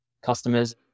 customers